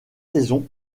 saisons